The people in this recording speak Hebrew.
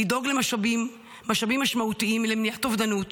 לדאוג למשאבים משמעותיים למניעת אובדנות,